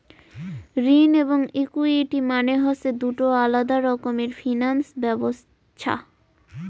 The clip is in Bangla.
ঋণ এবং ইকুইটি মানে হসে দুটো আলাদা রকমের ফিনান্স ব্যবছস্থা